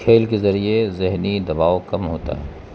کھیل کے ذریعے ذہنی دباؤ کم ہوتا ہے